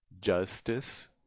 justice